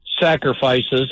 sacrifices